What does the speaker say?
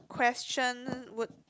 question would